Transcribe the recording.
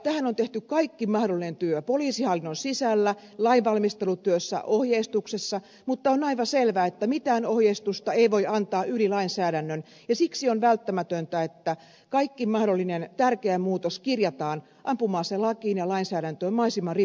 tähän on tehty kaikki mahdollinen työ poliisihallinnon sisällä lainvalmistelutyössä ohjeistuksessa mutta on aivan selvää että mitään ohjeistusta ei voi antaa yli lainsäädännön ja siksi on välttämätöntä että kaikki mahdolliset tärkeät muutokset kirjataan ampuma aselakiin ja lainsäädäntöön mahdollisimman ripeällä aikataululla